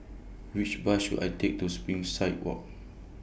Which Bus should I Take to Springside Walk